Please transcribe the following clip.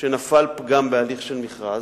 שנפל פגם בהליך של מכרז?